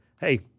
hey